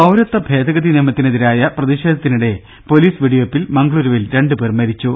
പൌരത്വ ഭേദഗതി നിയമത്തിനെതിരായ പ്രതിഷേധത്തിനിടെ പൊലീസ് വെടിവെ പ്പിൽ മംഗുളൂരുവിൽ രണ്ടുപേർ മരിച്ചു